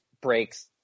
breaks